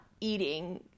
eating